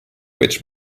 which